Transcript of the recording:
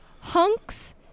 Hunks